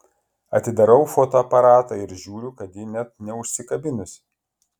atidarau fotoaparatą ir žiūriu kad ji net neužsikabinusi